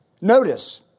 Notice